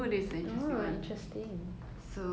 餐馆不提供菜单